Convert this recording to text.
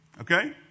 Okay